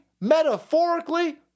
metaphorically